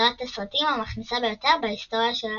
סדרת הסרטים המכניסה ביותר בהיסטוריה של הקולנוע.